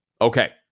Okay